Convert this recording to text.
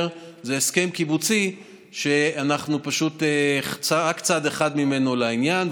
שזה הסכם קיבוצי שאנחנו פשוט רק צד אחד ממנו לעניין,